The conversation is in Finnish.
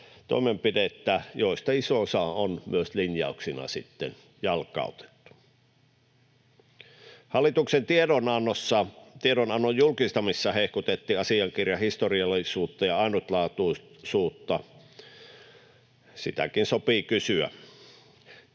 toimenpidettä, joista iso osa on myös linjauksina sitten jalkautettu. Hallituksen tiedonannon julkistamisessa hehkutettiin asiankirjan historiallisuutta ja ainutlaatuisuutta. Sitäkin sopii kysyä.